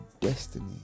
destiny